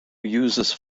uses